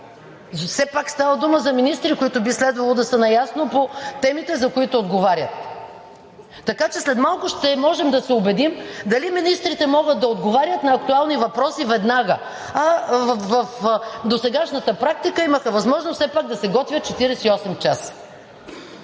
Все пак става дума за министри, които би следвало да са наясно по темите, за които отговарят. Така че след малко ще можем да се убедим дали министрите могат да отговарят на актуални въпроси веднага, а в досегашната практика все пак имаха възможност да се готвят 48 часа.